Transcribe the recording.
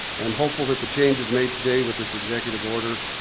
i'm hopeful that the changes made today with this executive order,